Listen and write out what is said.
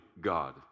God